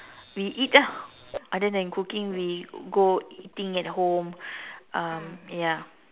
we eat ah other than cooking we go eating at home um ya